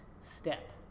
step